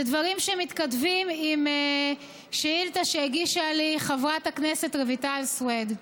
אלה דברים שמתכתבים עם שאילתה שהגישה לי חברת הכנסת רויטל סויד.